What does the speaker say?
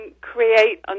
create